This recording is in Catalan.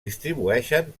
distribueixen